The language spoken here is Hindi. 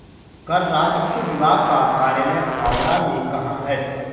कर राजस्व विभाग का कार्यालय हावड़ा में कहाँ है?